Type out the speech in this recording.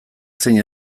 zein